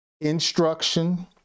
instruction